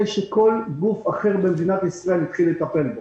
שכל גוף אחר במדינת ישראל התחיל לטפל בו.